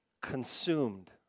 consumed